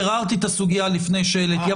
ביררתי את הסוגיה לפני שהעליתי.